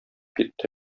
китте